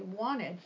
wanted